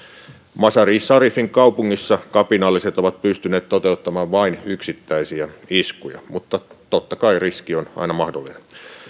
mazar i sharifin kaupungissa kapinalliset ovat pystyneet toteuttamaan vain yksittäisiä iskuja mutta totta kai riski on aina mahdollinen